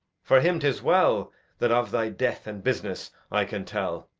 for him tis well that of thy death and business i can tell.